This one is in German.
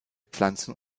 pflanzen